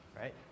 right